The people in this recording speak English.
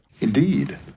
Indeed